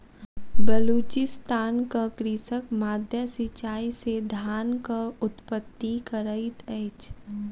बलुचिस्तानक कृषक माद्दा सिचाई से धानक उत्पत्ति करैत अछि